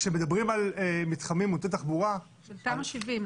כשמדברים על מתחמים מוטי תחבורה --- של תמ"א 70,